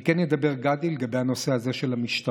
גדי, אני כן אדבר לגבי הנושא הזה של המשטרה.